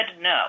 no